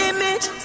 Image